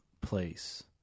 place